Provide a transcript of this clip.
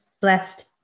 blessed